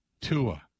Tua